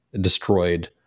destroyed